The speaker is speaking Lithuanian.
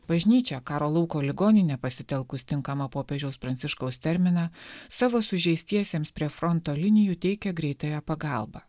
bažnyčia karo lauko ligoninė pasitelkus tinkamą popiežiaus pranciškaus terminą savo sužeistiesiems prie fronto linijų teikia greitąją pagalbą